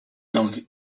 langue